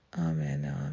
Amen